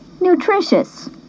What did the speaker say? nutritious